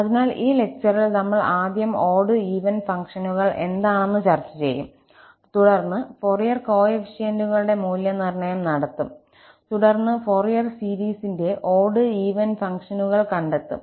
അതിനാൽ ഈ ലക്ചറിൽ നമ്മൾ ആദ്യം ഓട്ഈവൻ ഫംഗ്ഷനുകൾ എന്താണെന്ന് ചർച്ചചെയ്യും തുടർന്ന് ഫൊറിയർ കോഫിഫിഷ്യന്റുകളുടെ മൂല്യനിർണ്ണയം നടത്തും തുടർന്ന് ഫോറിയർ സീരീസിന്റെ ഓട്ഈവൻ ഫംഗ്ഷനുകൾ കണ്ടെത്തും